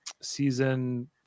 season